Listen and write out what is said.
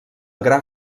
gra